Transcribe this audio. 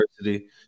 university